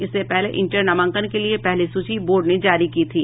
इससे पहले इंटर नामांकन के लिए पहली सूची बोर्ड ने जारी की थी